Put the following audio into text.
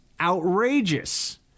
outrageous